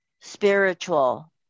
Spiritual